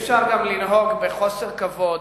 אי-אפשר לנהוג בחוסר כבוד.